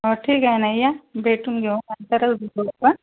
हां ठीक आहे ना या भेटून घेऊ नंतर बोलू का